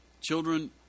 Children